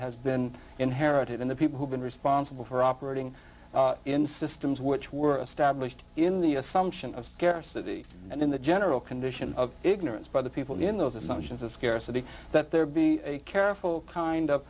has been inherited in the people who've been responsible for operating in systems which were established in the assumption of scarcity and in the general condition of ignorance by the people in those assumptions of scarcity that there be careful kind of